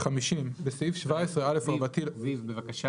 זיו בבקשה